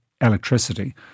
electricity